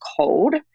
cold